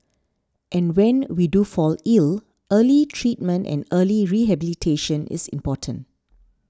and when we do fall ill early treatment and early rehabilitation is important